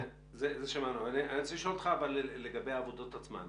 את זה שמענו אבל אני רוצה לשאול אותך לגבי העבודות עצמן.